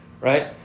right